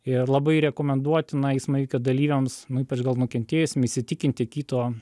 ir labai rekomenduotina eismo įvykio dalyviams ypač gal nukentėjusiam įsitikinti kito